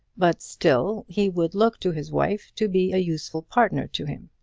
but still he would look to his wife to be a useful partner to him.